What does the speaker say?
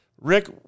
Rick